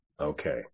okay